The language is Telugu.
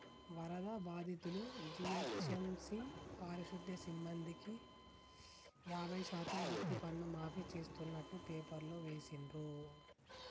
వరద బాధితులు, జీహెచ్ఎంసీ పారిశుధ్య సిబ్బందికి యాభై శాతం ఆస్తిపన్ను మాఫీ చేస్తున్నట్టు పేపర్లో వేసిండ్రు